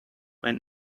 when